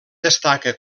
destaca